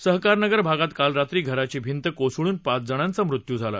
सहकारनगर भागात काल रात्री घराची भिंत कोसळून पाच जणांचा मृत्यू झाला